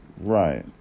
Right